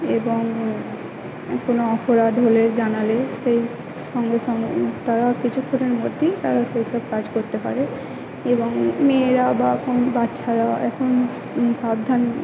এবং কোনো অপরাধ হলে জানালে সেই সঙ্গে সং তারা কিছুক্ষণের মধ্যেই তারা সেই সব কাজ করতে পারে এবং মেয়েরা বা এখন বাচ্ছারা এখন সাবধান